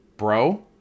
Bro